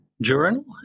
journal